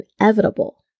inevitable